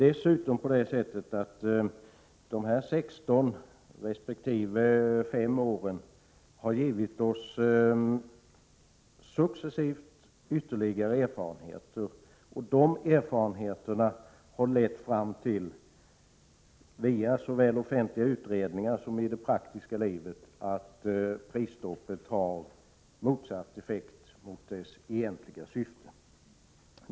Dessutom har de här 16 resp. 5 åren successivt givit oss ytterligare erfarenheter, och de erfarenheterna har — såväl via offentliga utredningar som i det praktiska livet — lett fram till slutsatsen att prisstoppet har motsatt effekt mot sitt egentliga syfte.